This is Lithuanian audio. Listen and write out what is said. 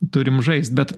turime žaisti bet